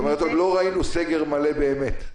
את אומרת שעוד לא ראינו סגר מלא באמת.